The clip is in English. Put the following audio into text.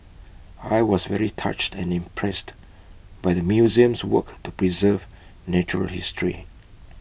I was very touched and impressed by the museum's work to preserve natural history